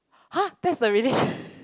!huh! that's the relation